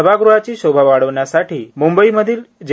सभागृहाची शोभा वाढवण्यासाठी मंबईमधील जे